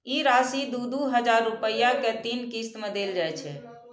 ई राशि दू दू हजार रुपया के तीन किस्त मे देल जाइ छै